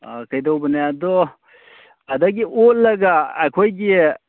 ꯑꯥ ꯀꯩꯗꯧꯕꯅꯦ ꯑꯗꯣ ꯑꯗꯒꯤ ꯑꯣꯜꯂꯒ ꯑꯩꯈꯣꯏꯒꯤ